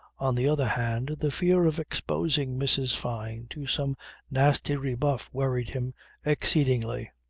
on the other hand the fear of exposing mrs. fyne to some nasty rebuff worried him exceedingly.